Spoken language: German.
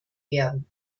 werden